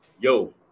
yo